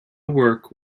work